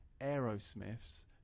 Aerosmiths